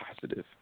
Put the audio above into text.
positive